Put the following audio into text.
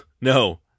no